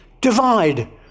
divide